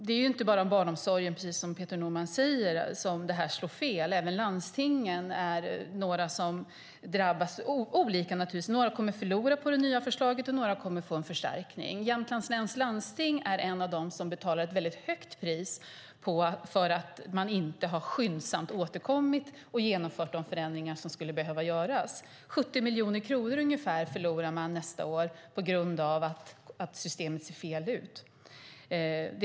Det är inte bara i barnomsorgen, precis som Peter Norman säger, som det här slår fel. Även bland landstingen är det några som drabbas. De drabbas naturligtvis olika. Några kommer att förlora på det nya förslaget, och några kommer att få en förstärkning. Jämtlands läns landsting är en av dem som betalar ett högt pris för att man inte har återkommit skyndsamt och genomfört de förändringar som skulle behöva göras. Ungefär 70 miljoner kronor förlorar Jämtlands läns landsting på grund av att systemet ser fel ut.